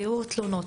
בירור תלונות,